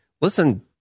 Listen